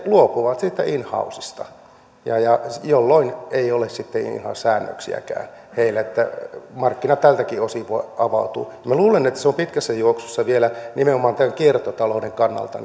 ne luopuvat siitä in housesta jolloin ei ole sitten in house säännöksiäkään niin että markkina tältäkin osin voi avautua minä luulen että se on pitkässä juoksussa vielä nimenomaan tämän kiertotalouden kannalta